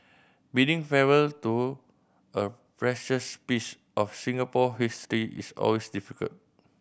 bidding farewell to a precious piece of Singapore history is always difficult